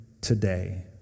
today